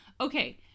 okay